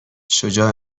شجاع